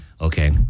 Okay